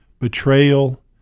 betrayal